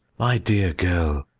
my dear girl,